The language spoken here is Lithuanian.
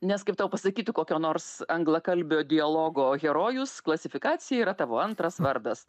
nes kaip tau pasakytų kokio nors anglakalbio dialogo herojus klasifikacija yra tavo antras vardas